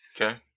Okay